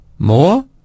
More